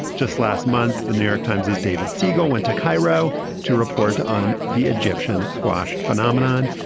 just last month, the new york times's david siegel went to cairo to report on the egyptian squash phenomenon.